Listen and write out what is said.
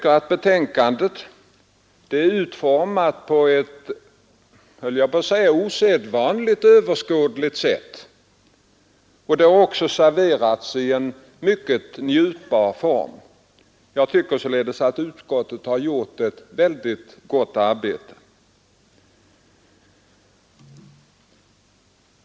Betänkandet är utformat på ett osedvanligt överskådligt sätt, och det har också serverats i en mycket njutbar form. Jag tycker således att utskottet gjort ett mycket gott arbete.